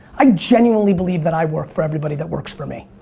i genuinely believe that i work for everybody that works for me.